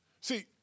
See